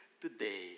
today